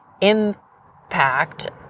impact